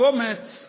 קומץ,